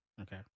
Okay